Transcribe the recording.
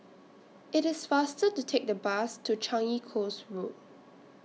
IT IS faster to Take The Bus to Changi Coast Road